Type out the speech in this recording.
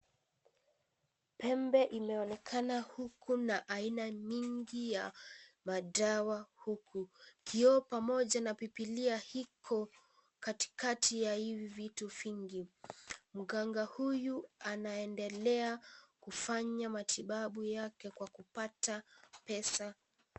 Pembe imeonekana, huku na, aina mingi ya, madawa, huku, kioo pamoja na pipilia hiko, katikati ya ivi vitu fingi, mganga huyu, anaendelea, kufanya matibabu yake kwa kupata, pesa.